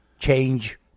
change